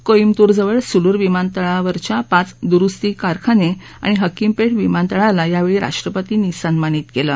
क्रोईम्बतूर जवळ सुलूर विमानतळावरच्या पाच दुरुस्ती कारखानआिणि हकीमपर्व विमानतळाला यावळी राष्ट्रपतींनी सन्मानित कलि